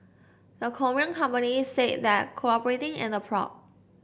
the Korean companies said that cooperating in the probe